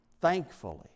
thankfully